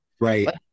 Right